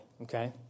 okay